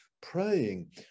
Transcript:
praying